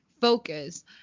focus